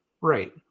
Right